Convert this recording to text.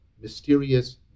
mysterious